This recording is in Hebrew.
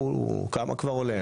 כמה כבר עולה?